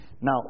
Now